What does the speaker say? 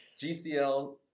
GCL